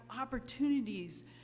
opportunities